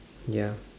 ya